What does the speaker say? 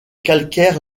calcaires